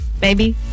baby